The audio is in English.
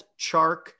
chark